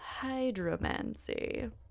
hydromancy